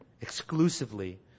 exclusively